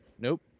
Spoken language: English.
Nope